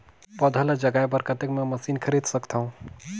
पौधा ल जगाय बर कतेक मे मशीन खरीद सकथव?